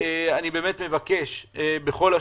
אני באמת מבקש בכל לשון,